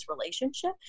relationship